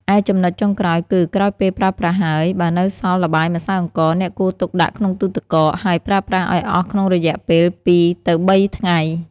ឯចំណុចចុងក្រោយគឺ ក្រោយពេលប្រើប្រាស់ហើយ បើនៅសល់ល្បាយម្សៅអង្ករ អ្នកគួរទុកដាក់ក្នុងទូទឹកកក ហើយប្រើប្រាស់ឱ្យអស់ក្នុងរយៈពេល ២ ទៅ ៣ ថ្ងៃ។